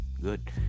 good